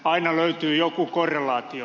aina löytyy joku korrelaatio